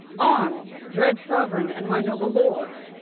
arm, dread sovereign, and my noble lords!